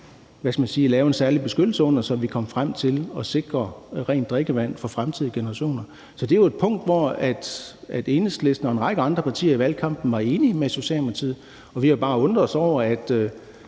lave en særlig beskyttelse under, så vi kom frem til at sikre rent drikkevand for fremtidige generationer. Så det er jo et punkt, hvor Enhedslisten og en række andre partier i valgkampen var enige med Socialdemokratiet. Vi har bare undret os over, at